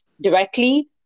directly